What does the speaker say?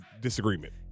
disagreement